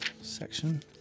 section